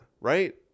right